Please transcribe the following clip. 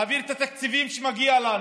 להעביר את התקציבים שמגיעים לנו.